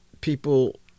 people